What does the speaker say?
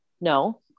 no